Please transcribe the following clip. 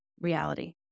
reality